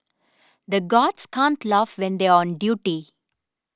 the guards can't laugh when they are on duty